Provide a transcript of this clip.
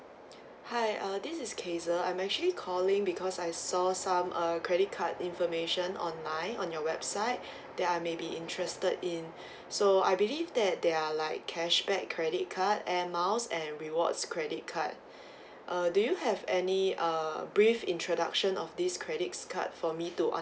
hi uh this is casey I'm actually calling because I saw some err credit card information online on your website that I may be interested in so I believe that there are like cashback credit card air miles and rewards credit card uh do you have any uh brief introduction of this credits card for me to